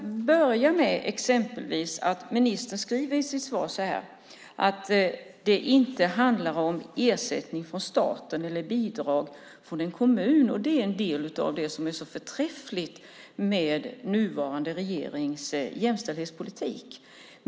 Ministern skriver i sitt svar att det inte handlar om ersättningar från staten eller bidrag från kommunerna. Det är en del av det som är så förträffligt med den nuvarande regeringens jämställdhetspolitik.